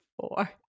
four